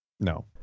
No